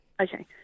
Okay